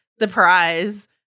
surprise